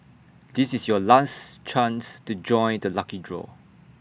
this is your last chance to join the lucky draw